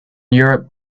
europe